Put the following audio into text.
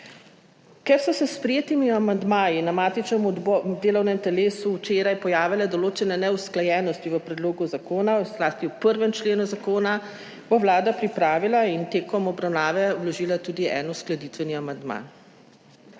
Ker so se s sprejetimi amandmaji na matičnem delovnem telesu včeraj pojavile določene neusklajenosti v predlogu zakona, zlasti v 1. členu zakona, bo Vlada pripravila in tekom obravnave vložila tudi en uskladitveni amandma.